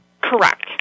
Correct